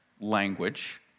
language